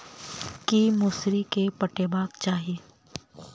की मौसरी केँ पटेबाक चाहि?